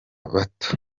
bato